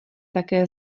také